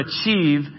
achieve